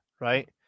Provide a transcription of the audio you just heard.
right